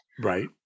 Right